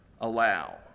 allow